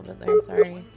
sorry